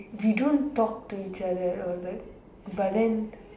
we don't talk to each other all that but then